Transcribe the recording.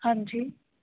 ਹਾਂਜੀ